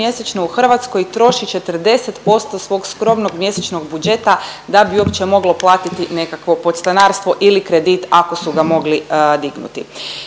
mjesečno u Hrvatskoj troši 40% svog skromnog mjesečnog budžeta da bi uopće moglo platiti nekakvo podstanarstvo ili kredit ako su ga mogli dignuti.